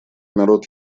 народ